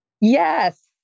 Yes